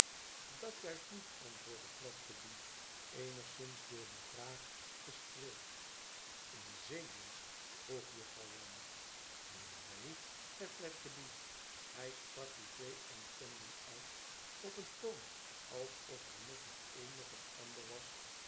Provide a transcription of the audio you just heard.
dat juist niet antwoordde fledgeby eenigszins door die vraag gestreeld in zeedienst vroeg juffrouw wren n neen zei fledgeby hij sprak die twee ontkenningen uit op een toon alsof hij noch het een noch het ander was